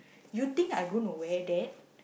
you think I gonna wear that